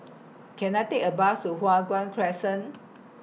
Can I Take A Bus to Hua Guan Crescent